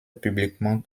publiquement